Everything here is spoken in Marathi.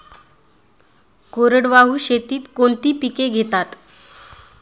कोरडवाहू शेतीत कोणती पिके घेतात?